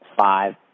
five